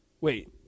Wait